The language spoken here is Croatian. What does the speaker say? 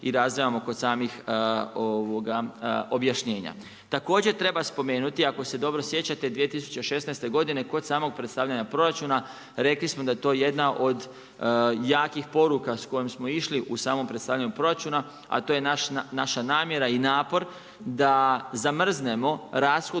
i razdvajamo kod samih objašnjenja. Također treba spomenuti, ako se dobro sjećate 2016. godine kod samog predstavljanja proračuna, rekli smo da je to jedna od jakih poruka s kojim smo išli u samo predstavljanje proračuna, a to je naša namjera i napor da zamrznemo rashodnu